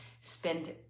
spend